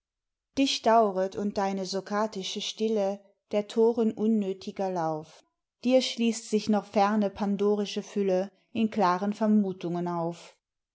dich bauret und deine socratische stille der thoren unnöthiger lauf dir schließt sich noch ferne pandorische fülle in klaren vermuthungen auf